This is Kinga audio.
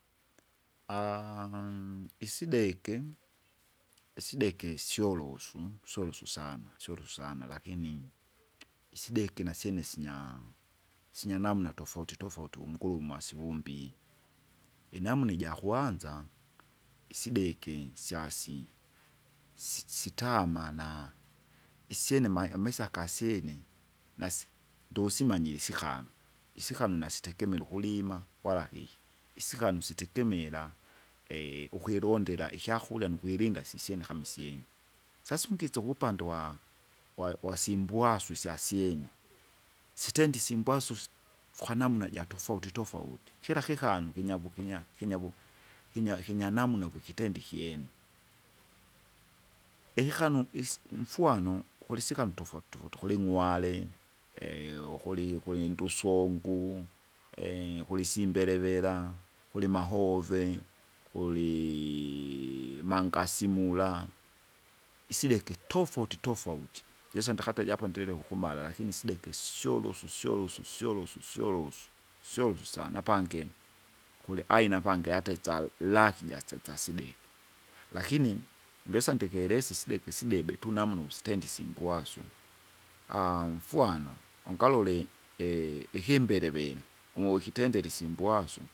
isideke, isideke syolosu, syolosu sana syolosu sana lakini, isideke nasyene sinya sinyanamna tofauti tofauti uvunguruma sivombie, inamna ijakwanza, isideke syasi, si- sitama na, isyene mai- amaisa kasyene, nasi ndosimanye sikana, isikanu nasitegemera ukulima, wala keki, isikanu sitegemera ukwirundira ikyakurya nukwiringa sisyene kama isyene. Sasa ungisa uvupande uwa- wa- wasibwaswi isyasyene, sitende isimbwasusi, kwanamna jatofauti tofauti, kira kikanu kinyavu kinya kinyavu, kinya kinya namna ukukitenda ikyene, ikikanu isi- mfwanu kulisikanu tofauti tuku- tukulimwale ukuligi ukulindusongu, ukulisi imbelevera, kulimahove, kulii mangasi mula, isideke tofauti tofauti, jise ndikata ndilile ukumala lakini sideke isyolosu syolosu syolosu syolosu, syolusu sana, apangire, kuli aina apangi ataitsa lahia syesa sideke. Lakini ngesandikerese isideke isidebe, tunamno isitende isingwasu, mfwano, ungalole, ikimbevele mukitendere isimbwasu.